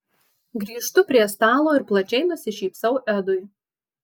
grįžtu prie stalo ir plačiai nusišypsau edui